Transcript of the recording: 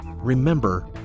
Remember